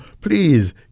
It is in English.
please